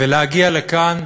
ולהגיע לכאן,